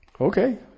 Okay